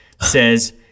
says